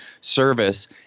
service